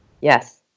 yes